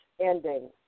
ending